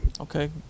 Okay